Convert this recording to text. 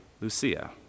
Lucia